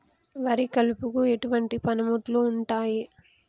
వరి కలుపుకు ఎటువంటి పనిముట్లు ఉంటాయి?